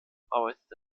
arbeitete